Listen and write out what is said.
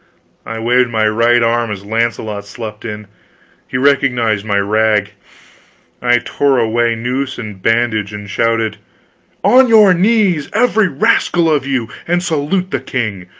i waved my right arm as launcelot swept in he recognized my rag i tore away noose and bandage, and shouted on your knees, every rascal of you, and salute the king!